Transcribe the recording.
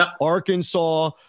Arkansas